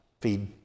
feed